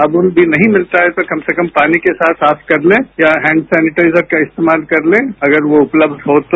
साबुन भी नहीं मिलता है तो कम से कम पानी के साथ साफ कर लें या हैंड सेनिटाइजर का इस्तेमाल कर लें अगर वो उपलब्ध हो तो